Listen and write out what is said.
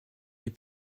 les